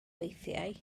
weithiau